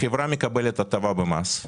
החברה מקבלת הטבה במס,